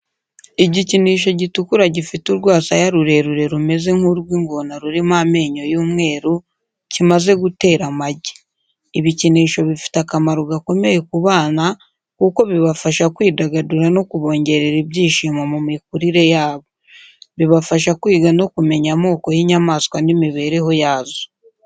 Igikinisho gitukura gifite urwasaya rurerure rumeze nk'urw'ingona rurimo amenyo y'umweru, kimaze gutera amagi. Ibikinisho bifite akamaro gakomeye ku bana kuko bibafasha kwidagadura no kubongerera ibyishimo mu mikurire yabo. Bibafasha kwiga no kumenya amoko y'inyamaswa n'imibereho yazo.